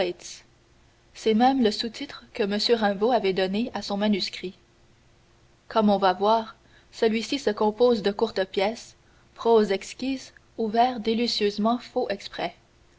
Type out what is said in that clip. c'est même le sous titre que m rimbaud avait donné à son manuscrit comme on va voir celui-ci se compose de courtes pièces prose exquise ou vers délicieusement faux exprès